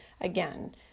Again